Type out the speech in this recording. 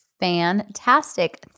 Fantastic